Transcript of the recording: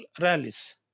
rallies